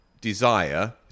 desire